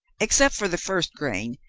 except for the first grain,